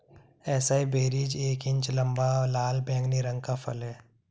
acai berries एक inch लंबा, लाल बैंगनी रंग का फल है